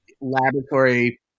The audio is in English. laboratory